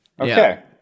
Okay